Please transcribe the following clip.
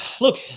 look